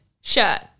shirt